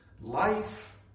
Life